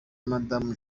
madamu